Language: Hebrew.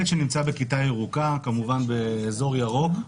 ילד שנמצא בכיתה ירוקה, כמובן באזור ירוק,